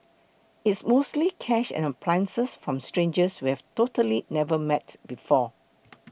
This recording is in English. it's mostly cash and appliances from strangers we have totally never met before